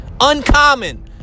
Uncommon